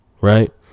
right